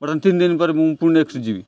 ବର୍ତ୍ତମାନ ତିନି ଦିନ ପରେ ମୁଁ ପୁଣି ନେକ୍ସଟ ଯିବି